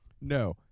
No